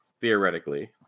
theoretically